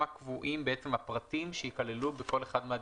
קבועים הפרטים שייכללו בכל אחד מהדיווחים.